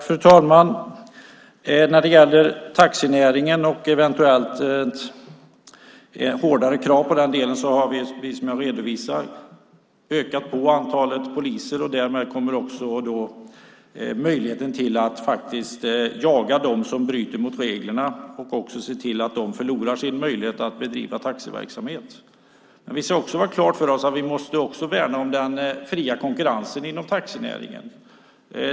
Fru talman! När det gäller taxinäringen och eventuellt hårdare krav på den har vi, precis som jag redovisar, ökat antalet poliser. Därmed kommer också möjligheten att jaga dem som bryter mot reglerna och även se till att de förlorar sin möjlighet att bedriva taxiverksamhet. Men vi ska ha klart för oss att vi också måste värna den fria konkurrensen inom taxinäringen.